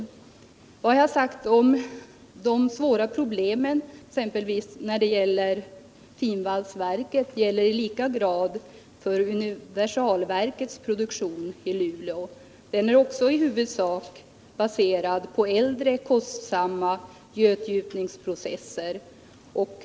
É Vad jag har sagt om de svåra problemen exempelvis när det gäller finvalsverket gäller i lika hög grad för universalvalsverkets produktion i Luleå. Också den är i huvudsak baserad på äldre, kostsamma götgjutningsprocesser.